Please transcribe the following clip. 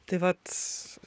tai vat